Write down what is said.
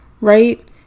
right